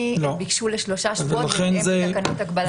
ביקשו לשלושה שבועות ויהיו תקנות הגבלה.